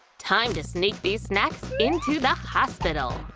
time to sneak these snacks into the hospital!